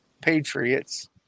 patriots